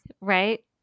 right